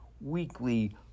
weekly